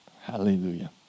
Hallelujah